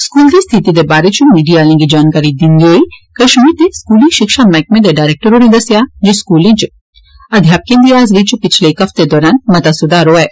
स्कूलें दी स्थिति दे बारे च मीडिया आलें गी जानकारी दिन्दे होई कश्मीर दे स्कूली शिक्षा मैहकमे दे डरैक्टर होरें दस्सेया जे स्कूलें च टीचरें दी हाजरी च पिच्छले इक हफ्ते दौरान मता सुधार होआ ऐ